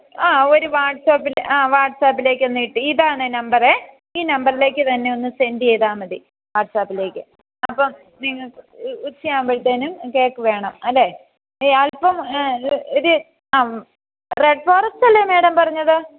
ആ ഒരു വാട്സാപ്പിൽ ആ വാട്സപ്പിലേക്ക് ഒന്നിട്ട് ഇതാണ് നമ്പറെ ഈ നമ്പറിലേക്ക് തന്നെ ഒന്ന് സെൻഡ് ചെയ്താൽ മതി വാട്സാപ്പിലേക്ക് അപ്പം ഉച്ചയാകുമ്പോഴത്തേനും കേക്ക് വേണം അല്ലെ അൽപ്പം ഒരു ആ റെഡ് ഫോറസ്റ്റല്ലെ മാഡം പറഞ്ഞത്